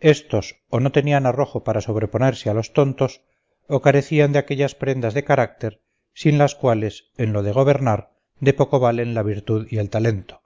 estos o no tenían arrojo para sobreponerse a los tontos o carecían de aquellas prendas de carácter sin las cuales en lo de gobernar de poco valen la virtud y el talento